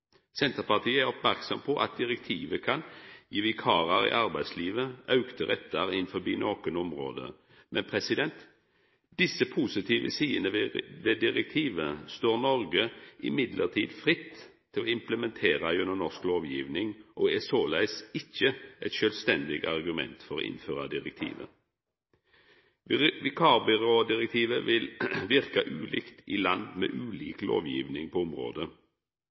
Senterpartiet er oppmerksam på at direktivet kan gi vikarar i arbeidslivet auka rettar innan nokre område. Men desse positive sidene ved direktivet står Noreg likevel fritt til å implementera gjennom norsk lovgiving, og det er såleis ikkje eit sjølvstendig argument for å innføra direktivet. Vikarbyrådirektivet vil verka ulikt i land med ulik lovgiving på området.